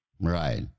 Right